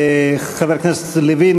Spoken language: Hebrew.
חבר הכנסת לוין,